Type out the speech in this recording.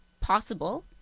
possible